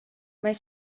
mijn